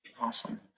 Awesome